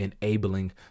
enabling